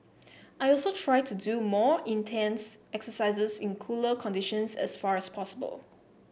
I also try to do my more intense exercises in cooler conditions as far as possible